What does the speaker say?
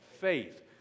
faith